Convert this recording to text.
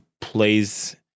plays